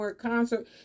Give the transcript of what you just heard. concert